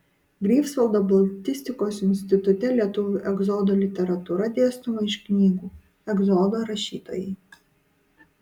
greifsvaldo baltistikos institute lietuvių egzodo literatūra dėstoma iš knygų egzodo rašytojai